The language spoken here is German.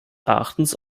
erachtens